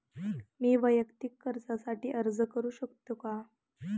मी वैयक्तिक कर्जासाठी अर्ज करू शकतो का?